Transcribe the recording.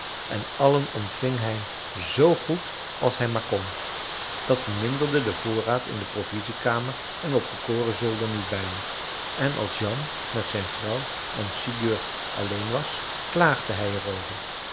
en allen ontving hij zoo goed als hij maar kon dat verminderde den voorraad in de provisiekamer en op den korenzolder niet weinig en als jan met zijn vrouw en sigurd alleen was klaagde hij